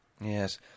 Yes